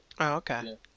okay